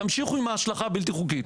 תמשיכו עם ההשלכה הבלתי חוקית.